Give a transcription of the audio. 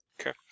Okay